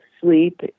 Sleep